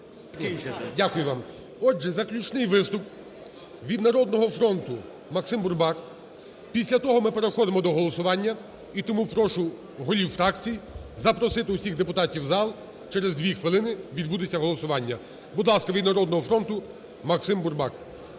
Дякую вам. Отже, заключний виступ від "Народного фронту" МаксимБурбак. Після того ми переходимо до голосування. І тому прошу голів фракцій запросити всіх депутатів у зал, через 2 хвилини відбудеться голосування. Будь ласка, від "Народного фронту" МаксимБурбак.